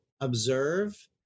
observe